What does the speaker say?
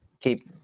keep